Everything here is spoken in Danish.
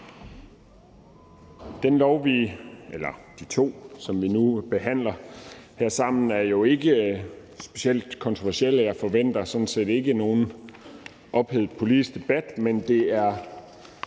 De to lovforslag, som vi behandler sammen, er jo ikke specielt kontroversielle. Jeg forventer sådan set ikke nogen ophedet politisk debat, men det er